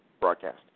broadcast